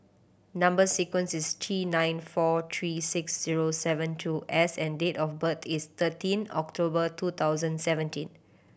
number sequence is T nine four three six zero seven two S and date of birth is thirteen October two thousand seventeen